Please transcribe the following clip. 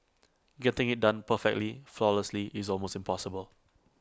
getting IT done perfectly flawlessly is almost impossible